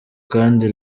kandi